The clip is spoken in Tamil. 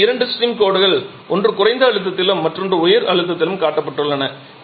இப்போது இரண்டு ஸ்ட்ரீம் கோடுகள் ஒன்று குறைந்த அழுத்தத்திலும் மற்றொன்று உயர் அழுத்தத்திலும் காட்டப்பட்டுள்ளன